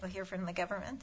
i hear from the government